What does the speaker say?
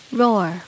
roar